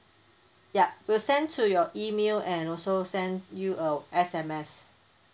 yup we'll send to your email and also send you a S_M_S